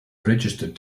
registered